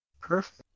perfect